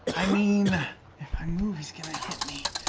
i mean if i move, he's going to hit me.